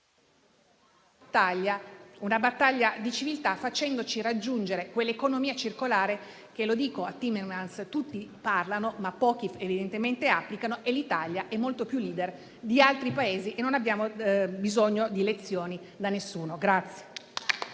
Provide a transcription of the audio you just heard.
una battaglia di civiltà, facendoci raggiungere quell'economia circolare di cui - lo dico a Timmermans - tutti parlano, ma pochi evidentemente applicano e in cui l'Italia è molto più *leader* di altri Paesi, quindi non abbiamo bisogno di lezioni da nessuno.